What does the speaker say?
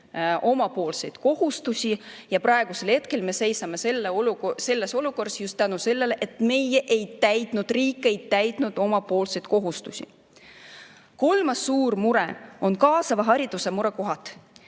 omapoolseid kohustusi ja praegusel hetkel me seisame selles olukorras just selle tõttu, et meie ei täitnud, riik ei täitnud omapoolseid kohustusi. Kolmas suur mure on kaasava hariduse murekohad.